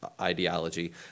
ideology